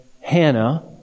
Hannah